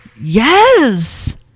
Yes